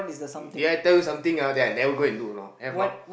did I tell you something ah then I never go and do or not have not